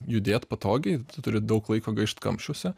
judėt patogiai tu turi daug laiko gaišt kamščiuose